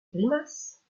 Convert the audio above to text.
grimaces